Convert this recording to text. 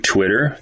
Twitter